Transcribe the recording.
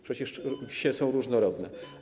Przecież wsie są różnorodne.